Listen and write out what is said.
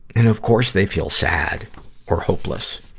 and, of course, they feel sad or hopeless.